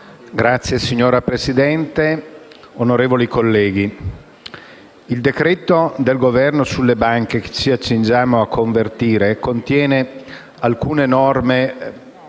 *(PD)*. Signora Presidente, onorevoli colleghi, il decreto-legge del Governo sulle banche, che ci accingiamo a convertire, contiene alcune norme